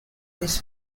this